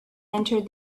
entered